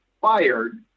fired